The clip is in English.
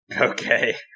Okay